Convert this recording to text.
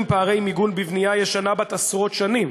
פערי מיגון בבנייה ישנה בת עשרות שנים.